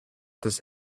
this